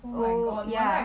oh ya